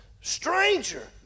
Stranger